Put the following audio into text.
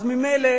אז ממילא